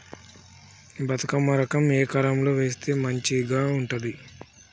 బతుకమ్మ రకం ఏ కాలం లో వేస్తే మంచిగా ఉంటది?